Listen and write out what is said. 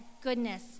goodness